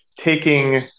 taking